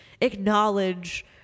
acknowledge